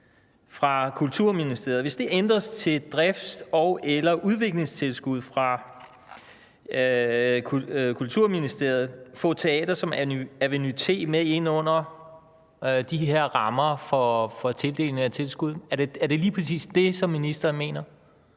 fra Kulturministeriet«, til »drifts- og/eller udviklingstilskud fra Kulturministeriet« få et teater som Aveny-T med ind under de her rammer for tildelingen af tilskud? Er det lige præcis det, som ministeren mener?